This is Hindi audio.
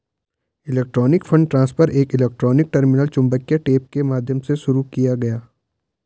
इलेक्ट्रॉनिक फंड ट्रांसफर एक इलेक्ट्रॉनिक टर्मिनल चुंबकीय टेप के माध्यम से शुरू किया गया